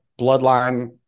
Bloodline